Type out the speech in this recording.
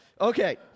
Okay